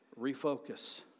refocus